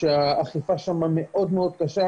שהאכיפה שם מאוד קשה,